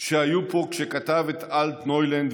שהיו פה כשכתב את אלטנוילנד,